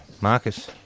marcus